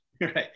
right